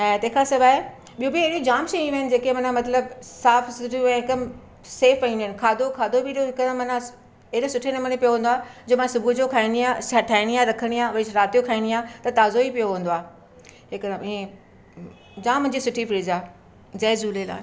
ऐं तंहिंखा सवाइ ॿियूं बि एॾियूं जामु शयूं आहिनि जेके माना मतिलबु साफ़ु सुथरियूं ऐं हिकदमि सेफ पयूं हूंदियूं आहिनि खाधो खाधो पीतो हिकदमि माना एॾे सुठे नमूने पियो हूंदो आहे जंहिं मां सुबुह जो खाईंदी आहियां हिकु साथ ठाहींदी आहियां रखंदी आहियां वरी राति जो खाईंदी आहियां त ताज़ो ई पियो हूंदो आहे हिकदमि ईअं जामु मुंहिंजी सुठी फ्रिज आहे जय झूलेलाल